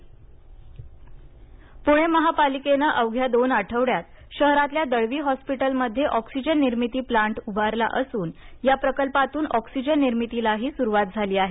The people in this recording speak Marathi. पणे ऑक्सिजन पुणे महापालिकेने अवघ्या दोन आठवड्यात शहरातल्या दळवी हॉस्पिटलमध्येऑक्सिजन निर्मिती प्लान्ट उभारला असून या प्रकल्पातून ऑक्सिजन निर्मितीलाही सुरुवात झाली आहे